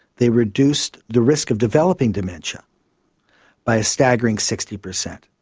they reduced the risk of developing dementia by a staggering sixty percent.